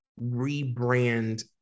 rebrand